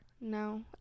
No